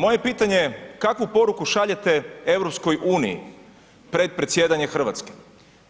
Moje pitanje je kakvu poruku šaljete EU pred predsjedanje Hrvatske,